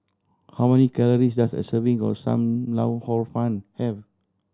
how many calories does a serving of Sam Lau Hor Fun have